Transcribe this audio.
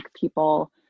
people